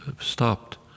stopped